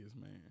man